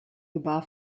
gebar